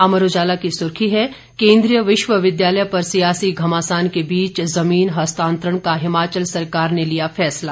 अमर उजाला की सुर्खी है केंद्रीय विश्वविद्यालय पर सियासी घमासान के बीच जमीन हस्तांतरण का हिमाचल सरकार ने लिया फैसला